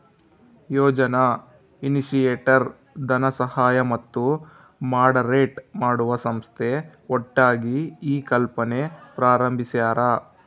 ಯೋಜನಾ initiator ಧನಸಹಾಯ ಮತ್ತು moderate ಮಾಡುವ ಸಂಸ್ಥೆ ಒಟ್ಟಾಗಿ ಈ ಕಲ್ಪನೆ ಪ್ರಾರಂಬಿಸ್ಯರ